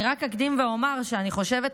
אני רק אקדים ואומר שאני חושבת,